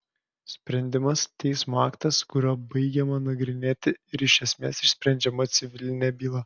sprendimas teismo aktas kuriuo baigiama nagrinėti ir iš esmės išsprendžiama civilinė byla